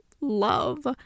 love